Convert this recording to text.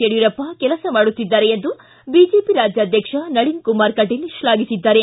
ಯಡಿಯೂರಪ್ಪ ಕೆಲಸ ಮಾಡುತ್ತಿದ್ದಾರೆ ಎಂದು ಬಿಜೆಪಿ ರಾಜ್ಯಾಧ್ಯಕ್ಷ ನಳಿನ್ ಕುಮಾರ್ ಕಟೀಲ್ ಶ್ಲಾಘಿಸಿದ್ದಾರೆ